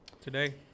today